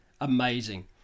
amazing